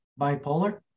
Bipolar